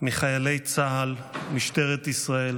מחיילי צה"ל, ממשטרת ישראל